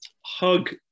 hug